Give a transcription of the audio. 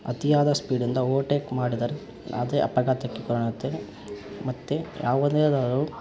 ಅತಿಯಾದ ಸ್ಪೀಡಿಂದ ಓವಟೇಕ್ ಮಾಡಿದರೆ ಅದೇ ಅಪಘಾತಕ್ಕೆ ಕಾರಣುತ್ತೇ ಮತ್ತು ಯಾವುದೇ ದಾರು